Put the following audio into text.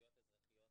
נוספות ל-7(1)?